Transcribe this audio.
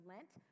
Lent